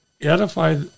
edify